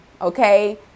okay